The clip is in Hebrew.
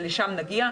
שלשם נגיע,